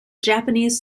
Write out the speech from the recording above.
japanese